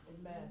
Amen